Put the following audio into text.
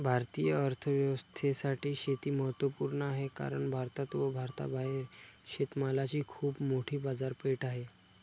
भारतीय अर्थव्यवस्थेसाठी शेती महत्वपूर्ण आहे कारण भारतात व भारताबाहेर शेतमालाची खूप मोठी बाजारपेठ आहे